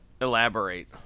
elaborate